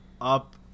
up